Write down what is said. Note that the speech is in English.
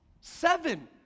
seven